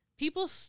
people